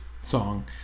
song